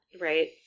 Right